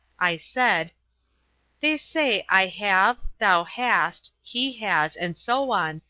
i said they say i have, thou hast, he has, and so on,